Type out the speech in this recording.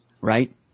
Right